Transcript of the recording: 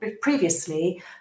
previously